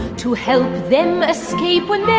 to help them escape with